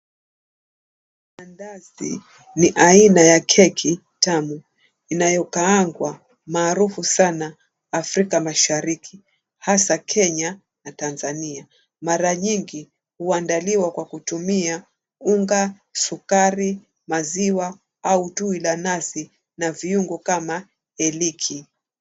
Mandazi ni aina ya keki tamu inayokaangwa maarufu sana Afrika Mashariki hasa Kenya na Tanzania. Mara nyingi huandaliwa kwa kutumia unga, sukari, maziwa au tui la nazi na viungo kama iliki.